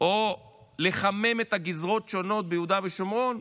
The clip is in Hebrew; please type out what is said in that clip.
או לחמם את הגזרות השונות ביהודה ושומרון.